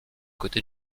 côté